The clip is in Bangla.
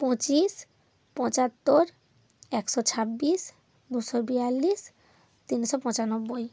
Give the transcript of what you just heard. পঁচিশ পঁচাত্তর একশো ছাব্বিশ দুশো বিয়াল্লিশ তিনশো পঁচানব্বই